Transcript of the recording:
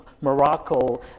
Morocco